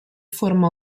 forma